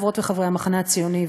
חברות וחברי המחנה הציוני,